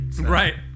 Right